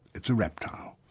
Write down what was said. it's a reptile,